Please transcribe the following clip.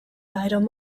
item